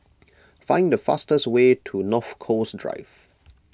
find the fastest way to North Coast Drive